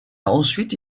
ensuite